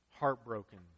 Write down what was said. heartbroken